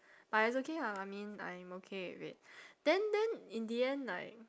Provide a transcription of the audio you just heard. but it's okay ah I mean I'm okay with it then then in the end like